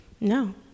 no